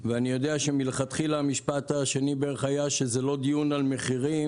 ואני יודע שמלכתחילה המשפט השני בערך היה שזה לא דיון על מחירים,